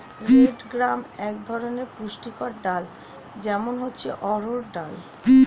red gram এক ধরনের পুষ্টিকর ডাল, যেমন হচ্ছে অড়হর ডাল